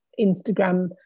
Instagram